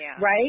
right